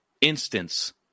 instance